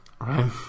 Right